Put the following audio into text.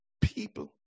people